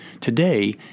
Today